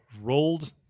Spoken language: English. rolled